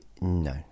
no